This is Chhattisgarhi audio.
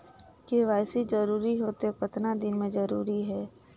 के.वाई.सी जरूरी हे तो कतना दिन मे जरूरी है?